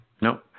No